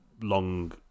long